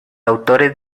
autores